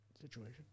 situation